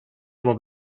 aber